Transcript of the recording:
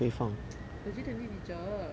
the J twenty teacher